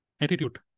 Attitude